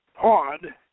POD